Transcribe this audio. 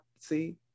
see